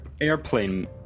airplane